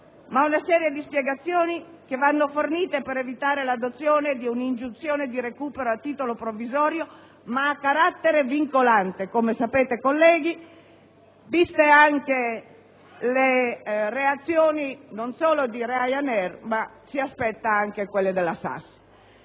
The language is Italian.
ma una serie di spiegazioni che vanno fornite per evitare l'adozione di una ingiunzione di recupero a titolo provvisorio ma a carattere vincolante, come sapete, colleghi, vista anche la reazione di Ryanair e non solo, perché si aspetta anche quella della SAS.